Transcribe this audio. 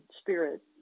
spirit